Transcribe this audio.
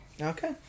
Okay